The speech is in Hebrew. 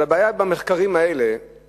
הבעיה במחקרים האלה היא